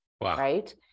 right